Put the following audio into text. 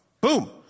Boom